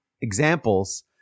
examples